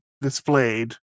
displayed